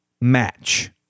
match